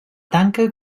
tanca